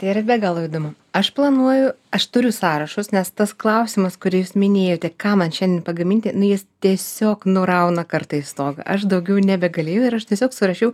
tai yra be galo įdomu aš planuoju aš turiu sąrašus nes tas klausimas kurį jūs minėjote ką man šiandien pagaminti jis tiesiog nurauna kartais stogą aš daugiau nebegalėjau ir aš tiesiog surašiau